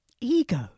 Ego